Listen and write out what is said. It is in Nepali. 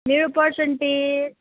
मेरो पर्सन्टेज